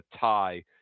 tie